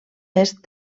est